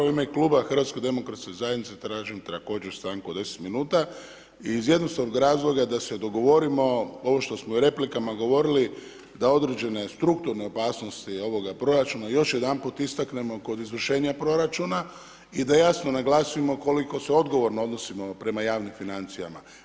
U ime kluba HDZ-a tražim također stanku od 10 minuta iz jednostavnog razloga da se dogovorimo, ovo što smo i u replikama govorili da određene strukturne opasnosti ovoga proračuna još jedanput istaknemo kod izvršenja proračuna i da jasno naglasimo koliko se odgovorno odnosimo prema javnim financijama.